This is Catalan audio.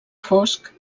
fosc